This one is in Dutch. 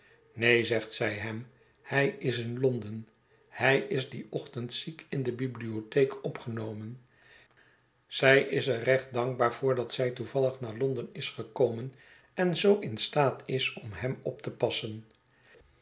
neen zegt zij hem hij is in londen hij is dien ochtend ziek in de blibliotheek opgenomen zij is er recht dankbaar voor dat zij toevallig naar londen is gekomen en zoo in staat is om hem op te passen